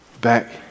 back